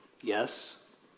Yes